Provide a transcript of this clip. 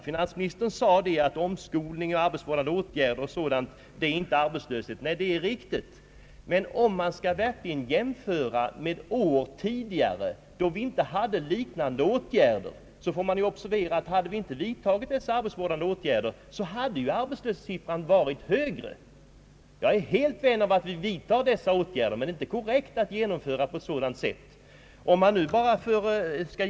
Finansministern sade att omskolning och arbetsvårdande åtgärder m. m, inte är arbetslöshet, och det är riktigt. Men skall man göra jämförelser med tidigare år då vi inte hade satt in liknande åtgärder så får man ta det med i beräkningen, och i så fall hade arbetslöshetssiffran nu varit högre. Jag är helt med på att vi vidtar dessa åtgärder, men det är inte korrekt att göra sådana jämförelser som finansministern gör.